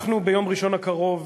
אנחנו ביום ראשון הקרוב,